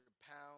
Pounds